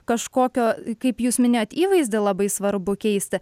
kažkokio kaip jūs minėjot įvaizdį labai svarbu keisti